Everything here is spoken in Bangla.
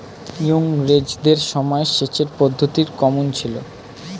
ইঙরেজদের সময় সেচের পদ্ধতি কমন ছিল?